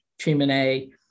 Chimene